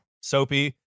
Soapy